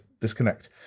disconnect